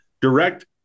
direct